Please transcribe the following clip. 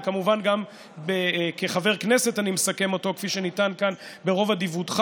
וכמובן אני מסכם אותו גם כחבר כנסת,